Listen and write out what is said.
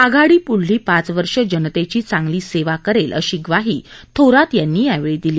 आघाडी प्ढली पाच वर्ष जनतेची चांगली सेवा करेल अशी ग्वाही थोरात यांनी दिली